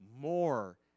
more